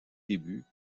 débuts